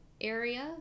area